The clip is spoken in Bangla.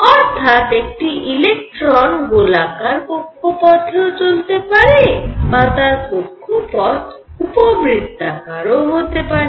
অর্থাৎ একটি ইলেকট্রন গোলাকার কক্ষপথেও চলতে পারে বা তার কক্ষপথ উপবৃত্তাকার ও হতে পারে